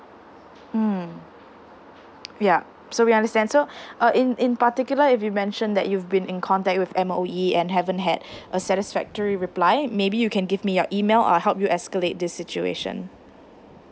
mm ya so we understand so uh in in particular if you mention that you've been in contact with M_O_E and haven't had a satisfactory reply maybe you can give me your email I'll help you escalate this situation